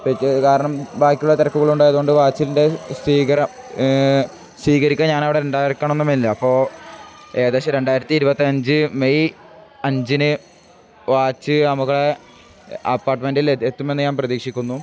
കാരണം ബാക്കിയുള്ള തിരക്കുകൾ ഉണ്ടായതുകൊണ്ട് വാച്ചിൻ്റെ സ്വീകരിക്കൻ ഞാൻ അവിടെ ഇണ്ടായിക്കണമെന്നില്ല അപ്പോൾ ഏകദേശം രണ്ടായിരത്തി ഇരുപത്തി അഞ്ച് മെയ് അഞ്ചിന് വാച്ച് നമ്മുടെ അപ്പാർട്ട്മെൻറ്റിൽ എത്തുമെന്ന് ഞാൻ പ്രതീക്ഷിക്കുന്നു